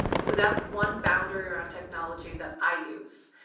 so that's one boundary around technology that i use.